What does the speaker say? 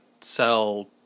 sell